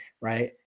right